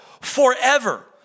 forever